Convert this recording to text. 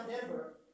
Denver